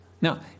Now